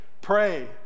Pray